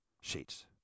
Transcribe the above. sheets